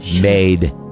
made